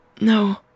No